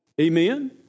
Amen